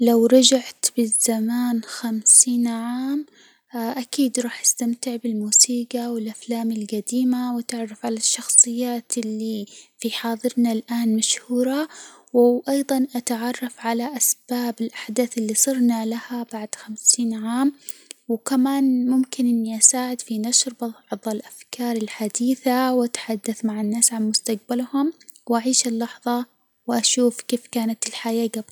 لو رجعت بالزمان خمسين عام أكيد راح أستمتع بالموسيجى والأفلام الجديمة والتعرف على الشخصيات اللي في حاضرنا الآن مشهورة، وأيضاً أتعرف على أسباب الأحداث اللي صرنا لها بعد خمسين عام، وكمان ممكن إني أساعد في نشر بعض الأفكار الحديثة وأتحدث مع الناس عن مستجبلهم وأعيش اللحظة وأشوف كيف كانت الحياة جبل.